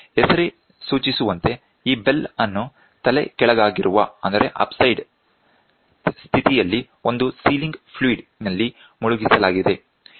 ಹೆಸರೇ ಸೂಚಿಸುವಂತೆ ಈ ಬೆಲ್ ಅನ್ನು ತಲೆಕೆಳಗಾಗಿರುವ ಸ್ಥಿತಿಯಲ್ಲಿ ಒಂದು ಸೀಲಿಂಗ್ ಫ್ಲೂಯಿಡ್ ನಲ್ಲಿ ಮುಳುಗಿಸಲಾಗಿದೆ